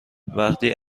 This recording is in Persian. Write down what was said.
وقتی